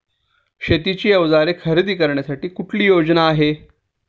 शेतीची अवजारे खरेदी करण्यासाठी कुठली योजना आहे?